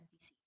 NPC